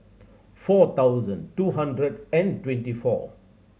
four thousand two hundred and twenty four